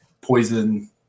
poison